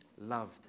loved